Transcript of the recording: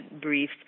brief